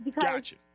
Gotcha